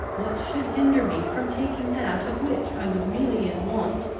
what should hinder me from taking that of which i was really in want,